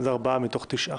שהם ארבעה מתוך תשעה.